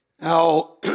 Now